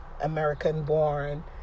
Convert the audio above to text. American-born